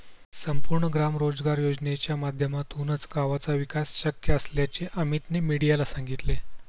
संपूर्ण ग्राम रोजगार योजनेच्या माध्यमातूनच गावाचा विकास शक्य असल्याचे अमीतने मीडियाला सांगितले